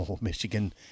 Michigan –